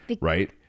right